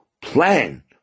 plan